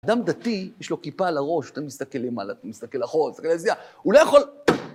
אדם דתי, יש לו כיפה על הראש, אתה מסתכל למעלה, אתה מסתכל לחוץ, אתה מסתכל לזיעה, הוא לא יכול...